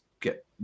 get